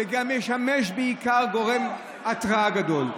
זה ישמש בעיקר כגורם הרתעה גדול.